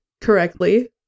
correctly